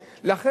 תודה.